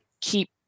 keep